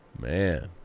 Man